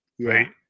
right